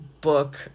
book